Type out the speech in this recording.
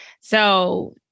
So-